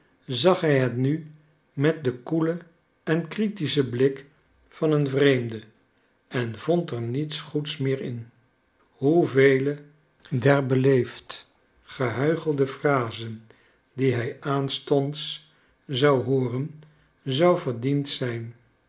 zag hij het nu met den koelen en kritischen blik van een vreemde en vond er niets goeds meer in hoevele der beleefd gehuichelde phrasen die hij aanstonds zou hooren zouden verdiend zijn